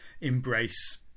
embrace